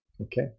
okay